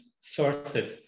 sources